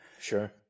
Sure